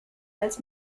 als